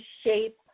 shape